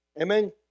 Amen